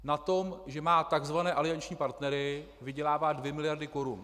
Na tom, že má tzv. alianční partnery, vydělává dvě miliardy korun.